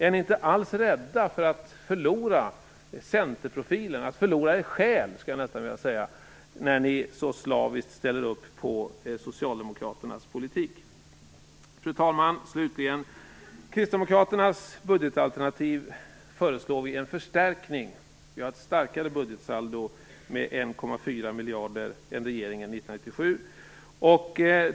Är ni inte alls rädda för att förlora centerprofilen - ja, skulle jag vilja säga, för att förlora er själ - när ni så slaviskt ställer upp på Socialdemokraternas politik? Fru talman! Förslagen i Kristdemokraternas budgetalternativ innebär en förstärkning. Vi har ett med 1997.